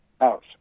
house